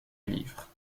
livre